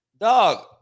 dog